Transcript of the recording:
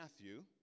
Matthew